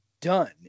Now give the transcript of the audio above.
done